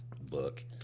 book